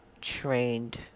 trained